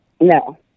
No